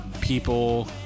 people